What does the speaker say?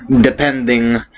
depending